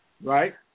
Right